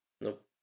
Nope